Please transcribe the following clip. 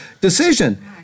decision